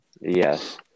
yes